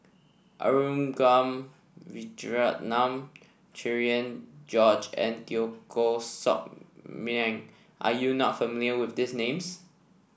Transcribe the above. Arumugam Vijiaratnam Cherian George and Teo Koh Sock Miang are you not familiar with these names